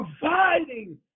providing